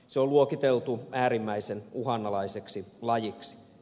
se on luokiteltu äärimmäisen uhanalaiseksi lajiksi